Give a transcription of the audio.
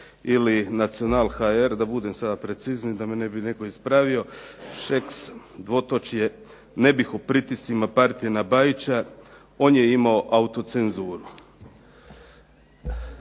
ili Nacional.hr da budem sada precizniji, da me ne bi netko ispravio Šeks dvotočje "ne bih o pritiscima partije na Bajića on je imao autocenzuru".